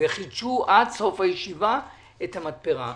חידשו עד סוף הישיבה את המתפרה.